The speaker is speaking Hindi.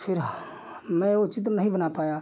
फिर मैं वह चित्र नहीं बना पाया